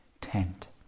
tent